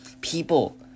people